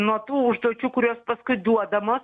nuo tų užduočių kurios paskui duodamos